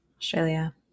Australia